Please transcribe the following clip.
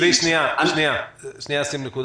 צבי, רק רגע, שים נקודה.